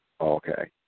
Okay